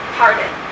pardon